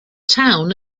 town